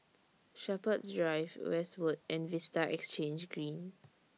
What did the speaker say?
Shepherds Drive Westwood and Vista Exhange Green